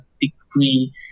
degree